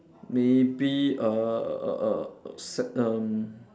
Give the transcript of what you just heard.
maybe err s~ erm